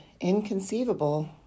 inconceivable